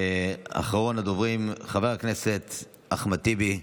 אחרון הדוברים, חבר הכנסת אחמד טיבי.